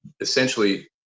Essentially